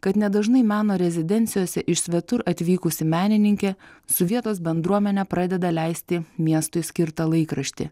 kad nedažnai meno rezidencijose iš svetur atvykusi menininkė su vietos bendruomene pradeda leisti miestui skirtą laikraštį